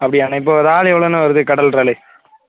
அப்டியாண்ணா இப்போது இறால் எவ்ளோண்ணா வருது கடல் இறால்